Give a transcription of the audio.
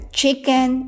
chicken